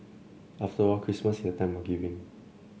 after all Christmas is the time of giving